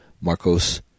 Marcos